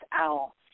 Owl